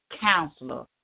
counselor